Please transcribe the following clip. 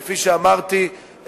כפי שאמרתי,